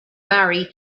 marry